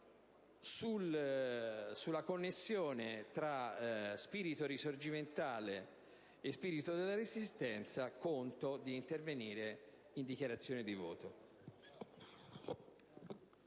Sulla connessione tra spirito risorgimentale e spirito della Resistenza conto di intervenire in sede di dichiarazione di voto.